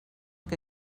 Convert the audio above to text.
que